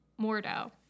Mordo